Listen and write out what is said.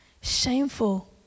shameful